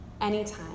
anytime